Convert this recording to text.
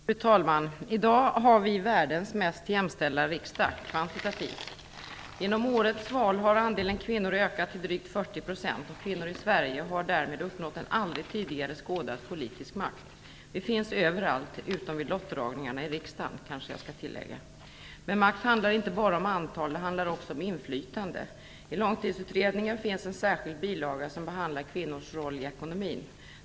Fru talman! I dag har vi världens mest jämställda riksdag, kvantitativt sett. Genom årets val har andelen kvinnor ökat till drygt 40 %. Kvinnor i Sverige har därmed uppnått en aldrig tidigare skådad politisk makt. Vi finns överallt, utom vid lottdragningarna i riksdagen. Men makt handlar inte bara om antal, det handlar också och inflytande. I Långtidsutredningen finns en särskild bilaga som behandlar kvinnors roll i ekonomin.